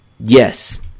yes